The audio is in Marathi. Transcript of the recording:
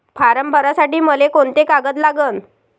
फारम भरासाठी मले कोंते कागद लागन?